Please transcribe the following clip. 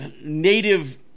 native